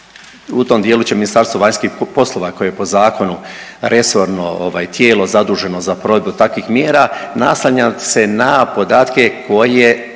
U tom dijelu će Ministarstvo vanjskih poslova koje je po zakonu resorno ovaj tijelo zaduženo za provedbu takvim mjera naslanjati se na podatke koje